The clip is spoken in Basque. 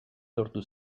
lortu